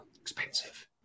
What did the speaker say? Expensive